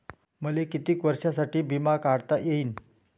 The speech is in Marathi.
मले कितीक वर्षासाठी बिमा काढता येईन?